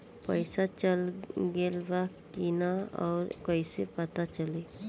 पइसा चल गेलऽ बा कि न और कइसे पता चलि?